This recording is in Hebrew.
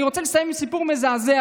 אני רוצה לסיים עם סיפור מזעזע,